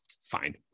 Fine